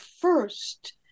first